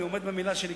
אני עומד במלה שלי,